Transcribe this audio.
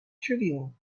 trivial